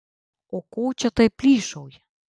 o ko čia taip plyšauji